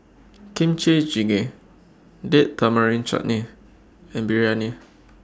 Kimchi Jjigae Date Tamarind Chutney and Biryani